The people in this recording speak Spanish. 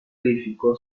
edificó